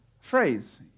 phrase